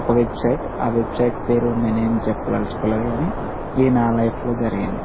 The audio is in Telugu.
ఒక వెబ్సైట్ ఆ వెబ్సైట్ పేరు నేనేం చెప్పదల్చుకోలేదు కానీ ఇది నా లైఫ్లో జరిగింది